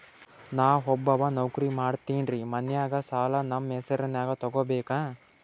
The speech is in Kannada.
ನಾ ಒಬ್ಬವ ನೌಕ್ರಿ ಮಾಡತೆನ್ರಿ ಮನ್ಯಗ ಸಾಲಾ ನಮ್ ಹೆಸ್ರನ್ಯಾಗ ತೊಗೊಬೇಕ?